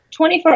24